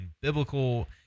biblical